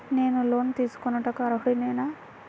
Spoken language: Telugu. నేను లోన్ తీసుకొనుటకు అర్హుడనేన?